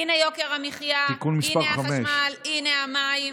הינה יוקר המחיה, הינה החשמל, הינה המים.